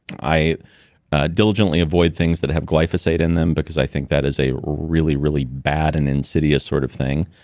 i diligently avoid things that have glyphosate in them because i think that is a really, really bad and insidious sort of thing.